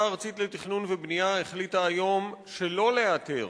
שהמועצה הארצית לתכנון ובנייה החליטה היום שלא להיעתר